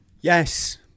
Yes